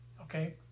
okay